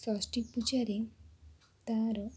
ଷଷ୍ଠୀପୂଜାରେ ତାର